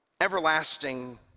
everlasting